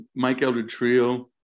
mikeeldertrio